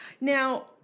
Now